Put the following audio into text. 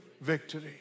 victory